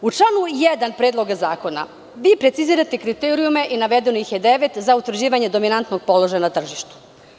U članu 1. Predloga zakona precizirate kriterijume i navedeno ih je devet za utvrđivanje dominantnog položaja na tržištu.